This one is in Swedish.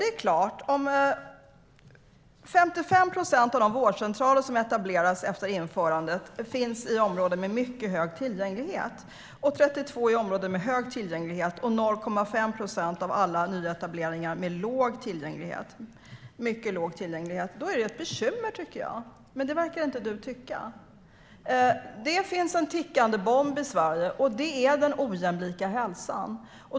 Det är klart; om 55 procent av de vårdcentraler som etablerats efter införandet finns i områden med mycket hög tillgänglighet, 32 procent i områden med hög tillgänglighet och 0,5 procent i områden med mycket låg tillgänglighet är det ett bekymmer, tycker jag. Men det verkar inte du tycka. Det finns en tickande bomb i Sverige, och det är den ojämlika hälsan.